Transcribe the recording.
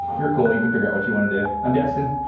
you're cool you can figure out what you want to do. i'm destin,